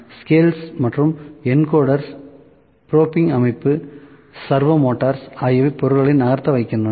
scales மற்றும் encoder probing அமைப்பு servo மோட்டார்கள் ஆகியவை பொருள்களை நகர்த்த வைக்கின்றன